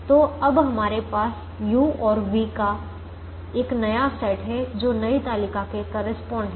तो अब हमारे पास u और v का एक नया सेट है जो नई तालिका के करेस्पॉन्ड है